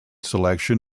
selection